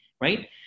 right